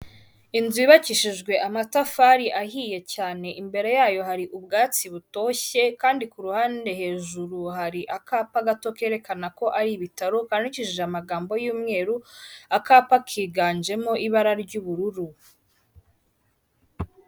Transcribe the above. Inzu yubakishijwe amatafari ahiye cyane, imbere yayo hari ubwatsi butoshye, kandi ku ruhande hejuru hari akapa gato kerekana ko ari ibitaro, kandikishije amagambo y'umweru akapa kiganjemo ibara ry'ubururu.